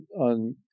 on